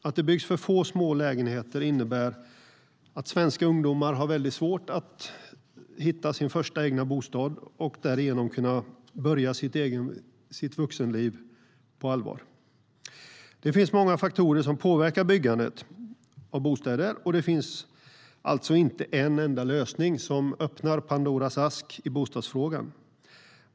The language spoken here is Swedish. Att det byggs för få små lägenheter innebär att svenska ungdomar har svårt att hitta sin första egna bostad och därigenom kunna börja sitt vuxenliv på allvar. Det finns många faktorer som påverkar byggandet av bostäder, och det finns alltså inte en enda lösning i bostadsfrågan.